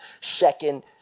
second